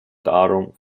darum